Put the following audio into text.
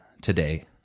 today